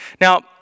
Now